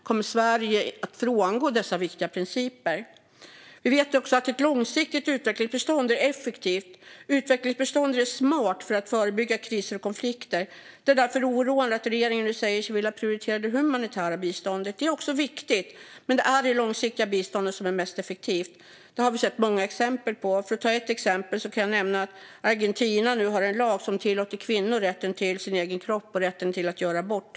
Kommer Sverige att frångå dessa viktiga principer? Vi vet också att ett långsiktigt utvecklingsbistånd är effektivt. Utvecklingsbistånd är smart för att förebygga kriser och konflikter. Det är därför oroande att regeringen nu säger sig vilja prioritera det humanitära biståndet. Det är också viktigt, men det långsiktiga biståndet är det mest effektiva. Det har vi sett många exempel på. För att ta ett exempel har Argentina nu en lag som tillåter kvinnor rätten till sin egen kropp och rätten att göra abort.